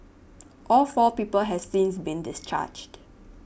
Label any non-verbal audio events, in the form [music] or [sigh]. [noise] all four people have since been discharged